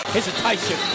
Hesitation